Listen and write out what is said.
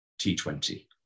T20